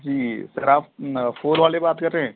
جی sir آپ پھول والے بات کر رہے ہیں